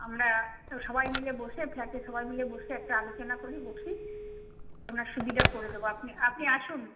আমরা তো সবাই মিলে বসে ফ্ল্যাটের সবাই মিলে বসে একটা আলোচনা করি বসি আপনার সুবিধা করে দেব আপনি আপনি আসুন